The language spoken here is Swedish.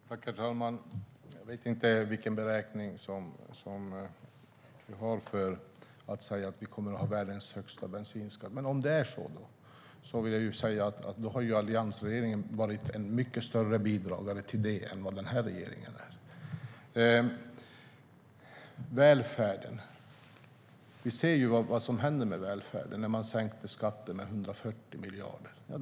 Herr talman! Jag vet inte vilken beräkning Anette Åkesson har för att säga att vi kommer att ha världens högsta bensinskatt. Men om det är så vill jag säga att i så fall har alliansregeringen varit en mycket större bidragare till det än vad den nuvarande regeringen är. Vi ser vad som händer med välfärden när man har sänkt skatten med 140 miljarder.